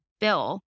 bill